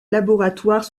laboratoire